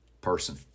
person